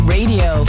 Radio